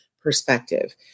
perspective